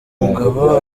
mugabo